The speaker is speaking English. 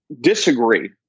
disagree